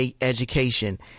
education